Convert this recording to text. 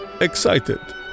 excited